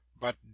But